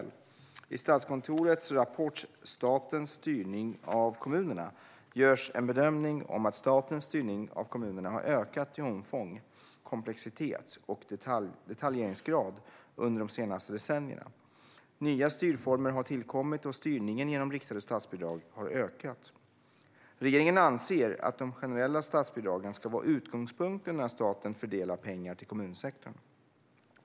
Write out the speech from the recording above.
I Statskontorets rapport Statens styrning av kommunerna görs bedömningen att statens styrning av kommunerna har ökat i omfång, komplexitet och detaljeringsgrad under de senaste decennierna. Nya styrformer har tillkommit, och styrningen genom riktade statsbidrag har ökat. Regeringen anser att de generella statsbidragen ska vara utgångspunkten när staten fördelar pengar till kommunsektorn.